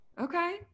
Okay